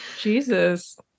Jesus